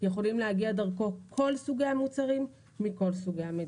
יכולים להגיע דרכו כל סוגי המוצרים מכל סוגי המדינות.